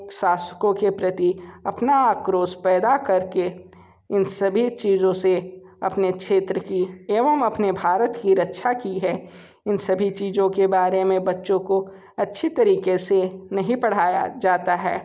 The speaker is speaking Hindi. शासकों के प्रति अपना आक्रोश पैदा कर के इन सभी चीज़ों से अपने क्षेत्र की एवं अपने भारत की रक्षा की है इन सभी चीज़ों के बारे में बच्चों को अच्छी तरीक़े से नहीं पढ़ाया जाता है